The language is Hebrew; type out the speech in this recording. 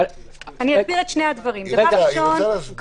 דבר ראשון,